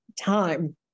time